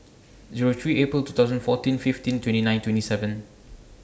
Zero three April two thousand fourteen fifteen twenty nine twenty seven